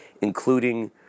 including